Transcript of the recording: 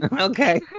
Okay